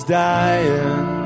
dying